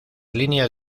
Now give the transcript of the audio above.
líneas